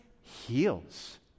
heals